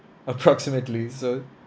approximately so